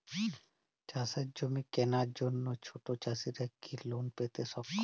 চাষের জমি কেনার জন্য ছোট চাষীরা কি লোন পেতে সক্ষম?